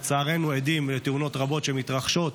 לצערנו אנחנו עדים לתאונות רבות שמתרחשות